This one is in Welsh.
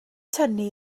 tynnu